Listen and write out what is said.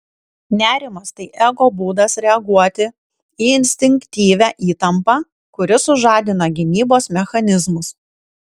nerimas tai ego būdas reaguoti į instinktyvią įtampą kuri sužadina gynybos mechanizmus